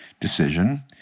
decision